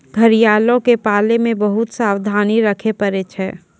घड़ियालो के पालै मे बहुते सावधानी रक्खे पड़ै छै